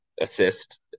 assist